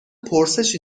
پرسشی